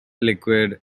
liquid